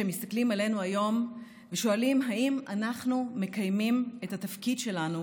שמסתכלים עלינו היום ושואלים אם אנחנו מקיימים את התפקיד שלנו